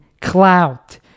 clout